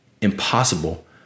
impossible